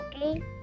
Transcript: Okay